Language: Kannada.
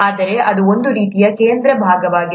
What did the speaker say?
ಆದರೆ ಇದು ಒಂದು ರೀತಿಯ ಕೇಂದ್ರ ಭಾಗವಾಗಿದೆ